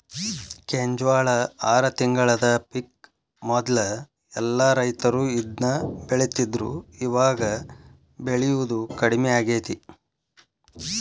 ಕೆಂಜ್ವಾಳ ಆರ ತಿಂಗಳದ ಪಿಕ್ ಮೊದ್ಲ ಎಲ್ಲಾ ರೈತರು ಇದ್ನ ಬೆಳಿತಿದ್ರು ಇವಾಗ ಬೆಳಿಯುದು ಕಡ್ಮಿ ಆಗೇತಿ